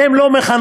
הם לא מחנכים,